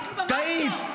טעית.